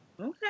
Okay